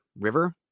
river